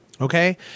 Okay